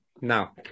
Now